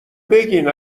بگین